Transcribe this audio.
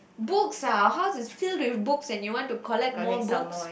books ah our house is filled with books and you want to collect more books